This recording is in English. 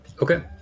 Okay